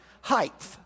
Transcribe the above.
height